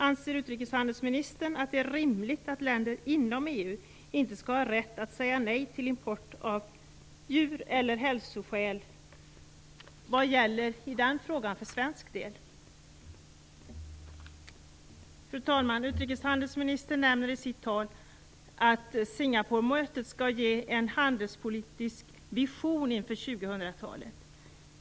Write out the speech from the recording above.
Anser utrikeshandelsministern att det är rimligt att länder inom EU inte skall ha rätt att säga nej till import av hälsoskäl? Vad gäller för svensk del i den frågan? Fru talman! Utrikeshandelsministern nämner i sitt tal att Singaporemötet skall ge en handelspolitisk vision inför 2000-talet.